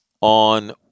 on